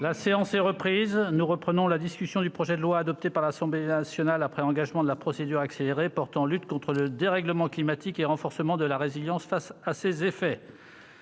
À quinze heures, le soir et la nuit : Suite du projet de loi, adopté par l'Assemblée nationale après engagement de la procédure accélérée, portant lutte contre le dérèglement climatique et renforcement de la résilience face à ses effets